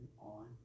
on